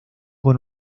con